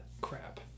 crap